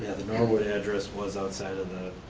the norwood address was outside the